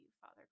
Father